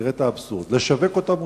תראה את האבסורד: לשווק אותם מותר,